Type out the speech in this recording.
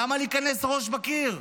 למה להיכנס ראש בקיר?